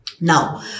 Now